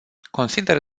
consider